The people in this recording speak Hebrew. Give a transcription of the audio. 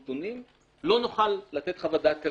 קיבלנו נתונים שלא היו קודם.